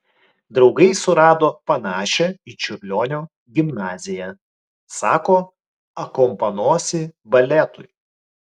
draugai surado panašią į čiurlionio gimnaziją sako akompanuosi baletui